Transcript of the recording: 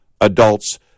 adults